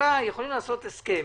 יכולים לעשות הסכם